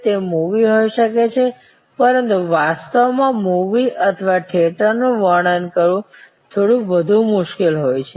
તે મૂવી હોઈ શકે છે પરંતુ વાસ્તવમાં મૂવી અથવા થિયેટરનું વર્ણન કરવું થોડું વધુ મુશ્કેલ હોઈ શકે છે